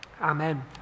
Amen